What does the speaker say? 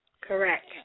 Correct